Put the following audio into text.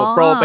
Pro